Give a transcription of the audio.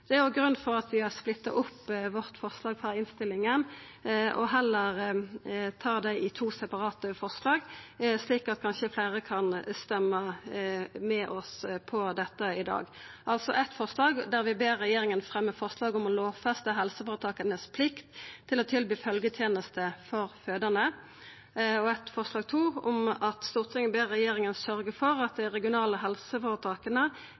Det er òg grunnen til at vi har splitta opp forslaget vårt frå innstillinga og heller tar det som to separate forslag, slik at kanskje fleire kan stemma med oss når det gjeld dette i dag. Det er altså eitt forslag, nr. 4, der vi ber regjeringa om å fremja forslag om å lovfesta helseføretakas plikt til å tilby følgjeteneste for fødande, og eitt forslag, nr. 5, om at Stortinget ber regjeringa sørgja for at